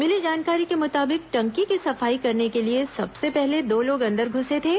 मिली जानकारी के मुताबिक टंकी की सफाई करने के लिये सबसे पहले दो लोग अंदर घुसे थे